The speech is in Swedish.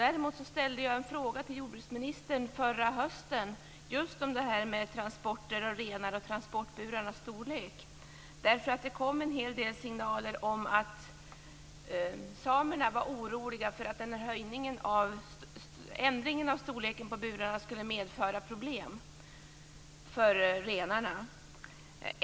Däremot ställde jag förra hösten en fråga till jordbruksministern om just transporter av renar och om transportburarnas storlek. Det har nämligen kommit en hel del rapporter om samernas oro för att den ändrade storleken på transportburarna skall medföra problem för renarna.